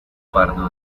pardo